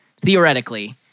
theoretically